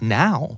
now